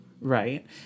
right